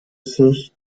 sich